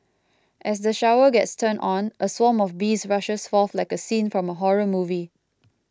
as the shower gets turned on a swarm of bees rushes forth like a scene from a horror movie